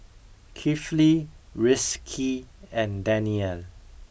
Kifli Rizqi and Danial